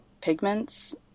pigments